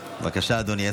בבקשה, אדוני.